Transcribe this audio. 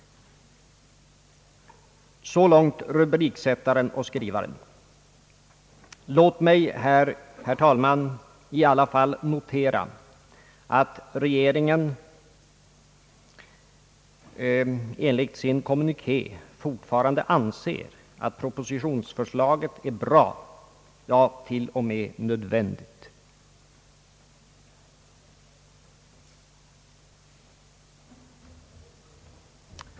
Så långt rubriksättaren och skrivaren. Låt mig här, herr talman, i alla fall notera, att regeringen enligt sin kommuniké fortfarande anser att propositionsförslaget är bra, ja till och med nödvändigt.